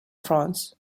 france